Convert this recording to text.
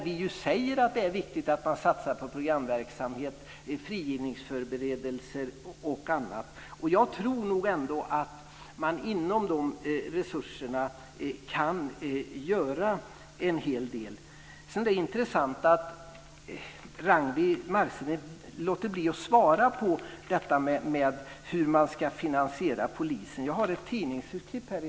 Vi säger att det är viktigt att man satsar på programverksamhet, frigivningsförberedelser och annat. Jag tror ändå att man med de resurserna kan göra en hel del. Det är intressant att Ragnwi Marcelind låter bli att svara på frågan hur man ska finansiera polisen. Jag har ett tidningsurklipp här.